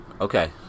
Okay